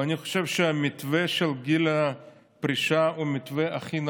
ואני חושב שהמתווה של גיל הפרישה הוא המתווה הכי נכון.